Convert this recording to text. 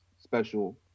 special